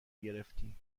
گرفتی